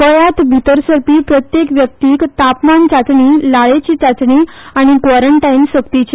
गोंयात भितर सरपी प्रत्येक व्यक्तीक तापमान चाचणी लाळेची चाचणी आनी क्वॉरंटाईन सक्तीचे